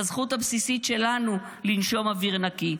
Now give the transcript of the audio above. בזכות הבסיסית שלנו לנשום אוויר נקי,